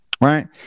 right